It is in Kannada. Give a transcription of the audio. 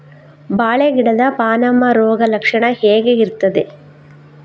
ಬಾಳೆ ಗಿಡದ ಪಾನಮ ರೋಗ ಲಕ್ಷಣ ಹೇಗೆ ಇರ್ತದೆ?